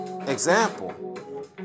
example